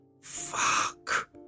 Fuck